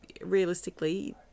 realistically